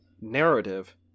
narrative